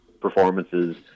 performances